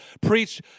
preach